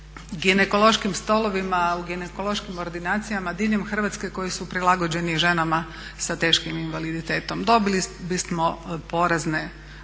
ginekološkim stolovima u ginekološkim ordinacijama diljem Hrvatske koji su prilagođeni ženama sa teškim invaliditetom. Dobili bismo porazne